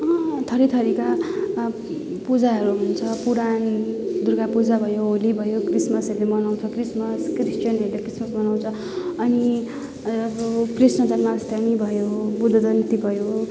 अँ थरी थरीका पूजाहरू हुन्छ पुराण दुर्गा पूजा भयो होली भयो क्रिसमसहरूले मनाउँछ क्रिसमस क्रिस्चियनहरूले क्रिसमस मनाउँछ अनि कृष्ण जन्माष्टमी भयो बुद्धजयन्ती भयो